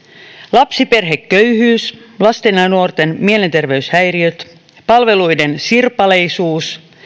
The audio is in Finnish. lapsiperheköyhyys lasten ja nuorten mielenterveyshäiriöt palveluiden sirpaleisuus